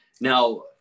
now